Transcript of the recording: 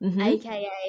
aka